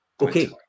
Okay